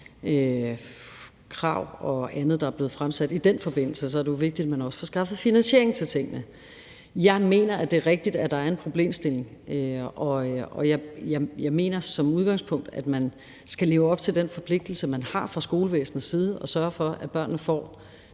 krav og andet, der er blevet fremsat i den forbindelse, er det vigtigt, at man også får skaffet finansiering til tingene. Jeg mener, at det er rigtigt, at der er en problemstilling, og jeg mener som udgangspunkt, at man skal leve op til den forpligtelse, man har fra skolevæsenets side, og sørge for, at børnene får